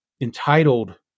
entitled